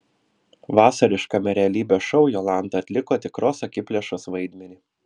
vasariškame realybės šou jolanta atliko tikros akiplėšos vaidmenį